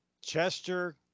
chester